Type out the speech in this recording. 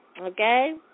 Okay